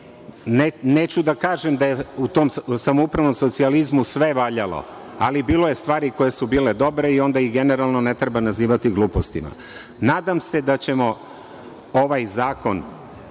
neću da kažem da je u tom samoupravnom socijalizmu sve valjalo, ali bilo je stvari koje su bile dobre i onda ih generalno ne treba nazivati glupostima. Nadam se da ćemo ovaj zakon